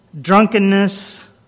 drunkenness